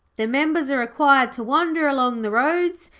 the members are required to wander along the roads,